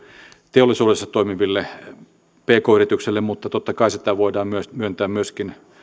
teollisuudessa toimiville pk yrityksille mutta totta kai sitä voidaan myöntää myöskin